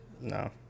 No